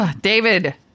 David